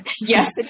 yes